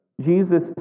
Jesus